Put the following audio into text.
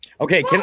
Okay